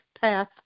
path